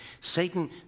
Satan